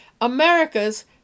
America's